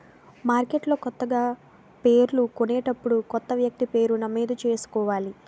మార్కెట్లో కొత్తగా షేర్లు కొనేటప్పుడు కొత్త వ్యక్తి పేరు నమోదు చేసుకోవాలి